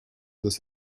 this